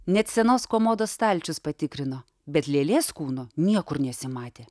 net senos komodos stalčius patikrino bet lėlės kūno niekur nesimatė